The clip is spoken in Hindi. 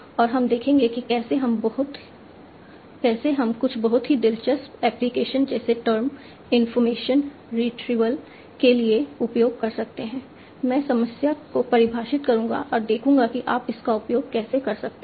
और हम देखेंगे कि कैसे हम कुछ बहुत ही दिलचस्प एप्लिकेशन जैसे टर्म इनफॉरमेशन रिट्रीवल के लिए उपयोग कर सकते हैं मैं समस्या को परिभाषित करूंगा और देखूंगा कि आप इसका उपयोग कैसे करते हैं